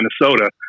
Minnesota